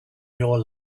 your